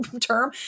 term